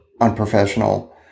unprofessional